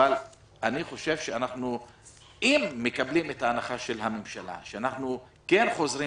אבל אני חושב שאם מקבלים את הנחת הממשלה שאנחנו כן חוזרים